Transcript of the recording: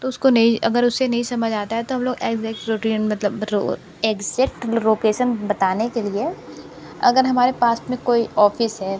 तो उसको नहीं अगर उसे नहीं समझ आता है तो हम लोग एग्जैक्ट रूटीन मतलब एग्ज़ैक्ट लोकेसन बताने के लिए अगर हमारे पास में कोई ऑफ़िस है